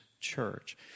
church